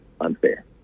unfair